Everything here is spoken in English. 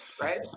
right